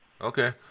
Okay